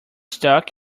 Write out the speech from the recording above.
stuck